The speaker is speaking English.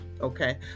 okay